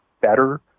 better